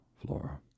Flora